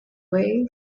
way